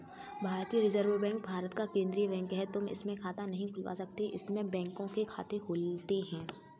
भारतीय reserve bank Bharat का केन्द्रीय बैंक है, तुम इसमें खाता नहीं खुलवा सकते इसमें बैंकों के खाते खुलते हैं